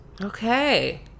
okay